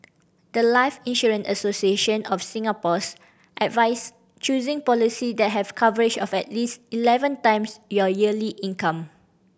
the life Insurance Association of Singapore's advise choosing policy that have coverage of at least eleven times your yearly income